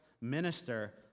minister